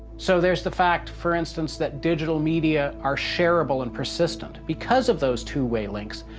so there's the fact, for instance, that digital media are shareable and persistent. because of those two way links,